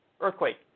earthquake